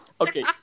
Okay